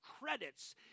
credits